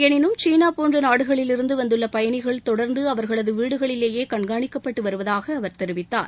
எனினும் சீனா போன்ற நாடுகளில் இருந்து வந்துள்ள பயனிகள் தொடர்ந்து அவர்களது வீடுகளிலேயே கண்காணிக்கப்பட்டு வருவதாக அவர் தெரிவித்தார்